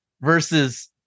versus